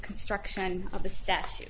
construction of the statu